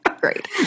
Great